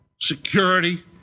security